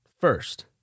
First